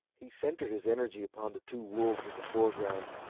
he centered his energy upon the two wolves in the foreground,